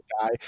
guy